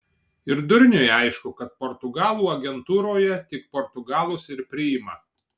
ir durniui aišku kad portugalų agentūroje tik portugalus ir priima